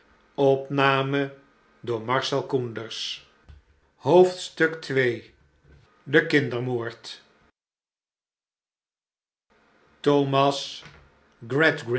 ii de kindermoord thomas